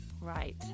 right